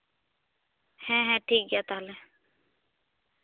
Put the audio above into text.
ᱦᱮᱸ ᱦᱮᱸ ᱴᱷᱤᱠ ᱜᱮᱭᱟ ᱛᱟᱦᱚᱞᱮ